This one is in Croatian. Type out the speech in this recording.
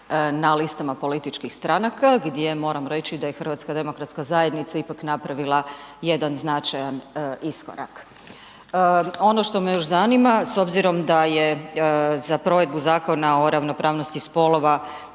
na listama političkih stranaka gdje moram reći da je HDZ ipak napravila jedan značajan iskorak. Ono što me još zanima, s obzirom da je za provedbu Zakona o ravnopravnosti spolova